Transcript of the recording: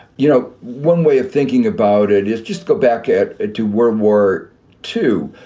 you know, one way of thinking about it is just go back it it to world war two.